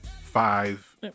five